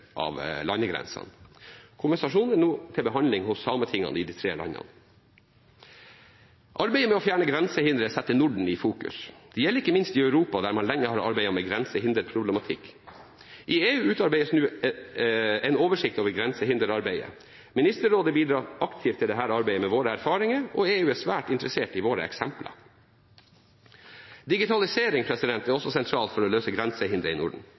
av landegrensene. Konvensjonen er nå til behandling hos sametingene i de tre landene. Arbeidet med å fjerne grensehindre setter Norden i fokus. Det gjelder ikke minst i Europa, der man lenge har arbeidet med grensehinderproblematikk. I EU utarbeides det nå en oversikt over grensehinderarbeidet. Ministerrådet bidrar aktivt til dette arbeidet med våre erfaringer, og EU er svært interessert i våre eksempler. Digitalisering er også sentralt for å løse grensehindre i Norden.